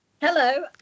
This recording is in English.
hello